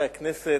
הכנסת,